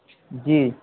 جی